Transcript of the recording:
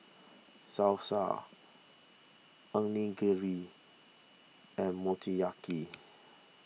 Salsa Onigiri and Motoyaki